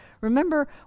Remember